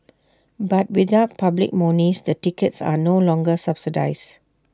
but without public monies the tickets are no longer subsidised